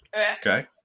okay